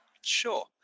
Sure